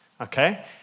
okay